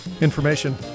information